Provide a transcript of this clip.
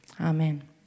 Amen